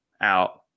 out